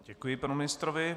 Děkuji panu ministrovi.